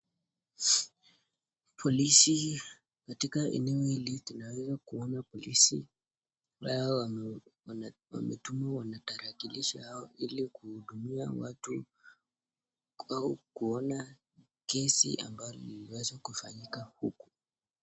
Polisi katika eneo hili. Tunaweza kuona polisi ambaye wametumwa wana trakilishi yao ili kuhudumia watu au kuona kesi ambayo iliweza kufanyika huko.